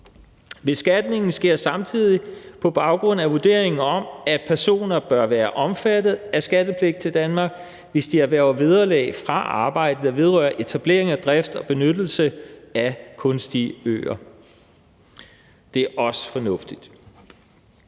Beskatningen sker samtidig på baggrund af vurderingen om, at personer bør være omfattet af skattepligt til Danmark, hvis de erhverver vederlag fra arbejde, der vedrører etablering og drift og benyttelse af kunstige øer. Det er også fornuftigt.